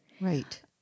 right